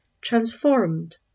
transformed